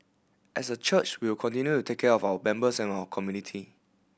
as a church we will continue to take care of our members and our community